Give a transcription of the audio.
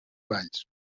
valls